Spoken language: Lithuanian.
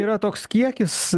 yra toks kiekis